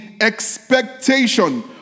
expectation